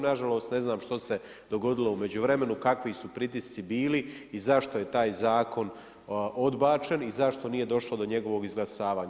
Na žalost ne znam što se dogodilo u međuvremenu, kakvi su pritisci bili i zašto je taj zakon odbačen i zašto nije došlo do njegovog izglasavanja.